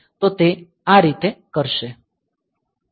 તો તે આ રીતે કરશે